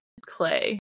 clay